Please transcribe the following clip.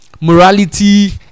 morality